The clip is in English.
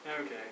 Okay